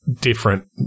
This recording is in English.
different